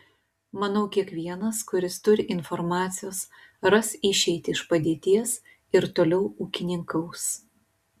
manau kiekvienas kuris turi informacijos ras išeitį iš padėties ir toliau ūkininkaus